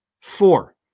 four